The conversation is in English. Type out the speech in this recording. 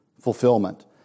fulfillment